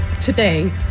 today